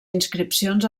inscripcions